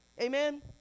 Amen